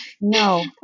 No